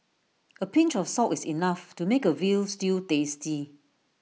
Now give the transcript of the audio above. A pinch of salt is enough to make A Veal Stew tasty